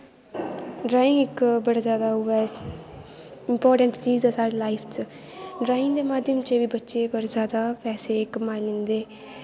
drawing इक बड़ी जैदा ओह् ऐ इमपार्टैंट चीज ऐ साढ़ी लाइफ च ड्राइंग दी माध्यम कन्नै बच्चे बड़ा जैदा पैसे कमाई लैंदे